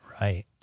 Right